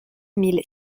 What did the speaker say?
mille